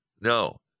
No